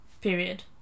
period